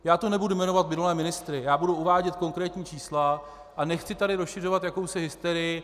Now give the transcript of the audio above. Já tu nebudu jmenovat minulé ministry, budu uvádět konkrétní čísla a nechci tady rozšiřovat jakousi hysterii.